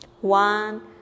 one